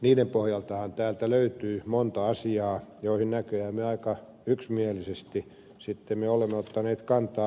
niiden pohjaltahan täältä löytyy monta asiaa joihin näköjään me aika yksimielisesti olemme ottaneet kantaa